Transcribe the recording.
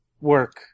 work